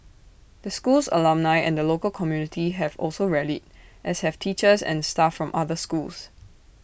the school's alumni and the local community have also rallied as have teachers and staff from other schools